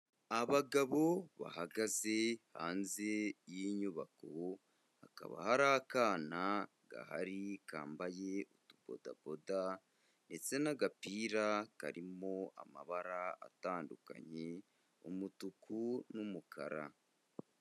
Abagabo bahagaze hanze y'inyubako, hakaba hari akana gahari kambaye utubodaboda ndetse n'agapira karimo amabara atandukanye, umutuku n'umukara.